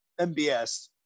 MBS